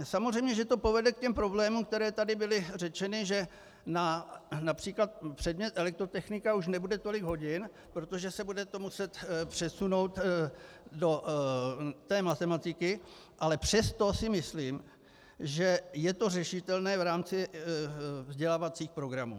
Samozřejmě že to povede k těm problémům, které tady byly řečeny, že například předmět elektrotechnika už nebude tolik hodin, protože se bude to muset přesunout do té matematiky, ale přesto si myslím, že je to řešitelné v rámci vzdělávacích programů.